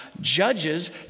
Judges